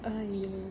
!aiyo!